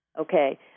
okay